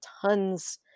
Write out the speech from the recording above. tons